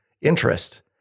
interest